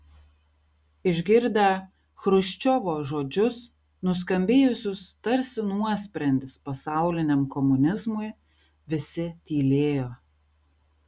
išgirdę chruščiovo žodžius nuskambėjusius tarsi nuosprendis pasauliniam komunizmui visi tylėjo